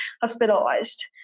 hospitalized